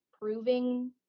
proving